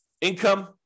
Income